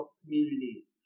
communities